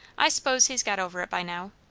i s'pose he's got over it by now.